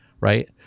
right